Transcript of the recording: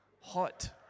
hot